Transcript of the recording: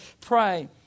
pray